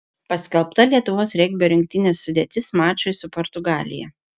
paskelbta lietuvos regbio rinktinės sudėtis mačui su portugalija